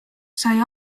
sai